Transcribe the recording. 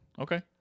Okay